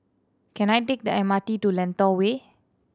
can I take the M R T to Lentor Way